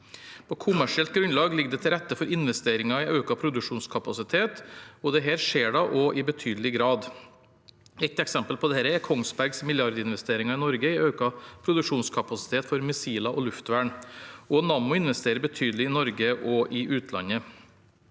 På kommersielt grunnlag ligger det til rette for investeringer i økt produksjonskapasitet, og dette skjer da også i betydelig grad. Ett eksempel på dette er Kongsbergs milliardinvesteringer i Norge i økt produksjonskapasitet for missiler og luftvern. Også Nammo investerer betydelig i Norge og i utlandet.